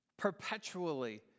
perpetually